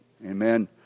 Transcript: Amen